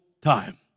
time